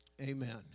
Amen